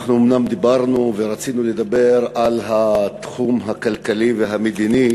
אומנם דיברנו ורצינו לדבר על התחום הכלכלי והמדיני,